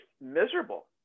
miserable